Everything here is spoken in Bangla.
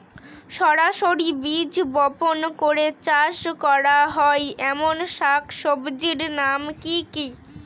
সরাসরি বীজ বপন করে চাষ করা হয় এমন শাকসবজির নাম কি কী?